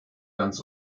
ganz